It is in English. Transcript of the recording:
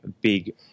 big